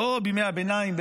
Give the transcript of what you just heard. לא בימי הביניים,